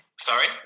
Sorry